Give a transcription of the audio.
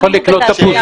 הוא יכול לקנות תפוזים.